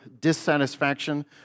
dissatisfaction